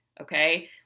okay